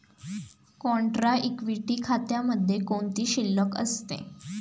Contra equity खात्यामध्ये कोणती शिल्लक असते?